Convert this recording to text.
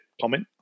comment